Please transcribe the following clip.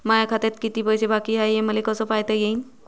माया खात्यात किती पैसे बाकी हाय, हे मले कस पायता येईन?